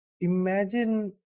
imagine